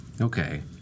Okay